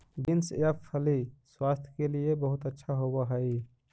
beans या फली स्वास्थ्य के लिए बहुत अच्छा होवअ हई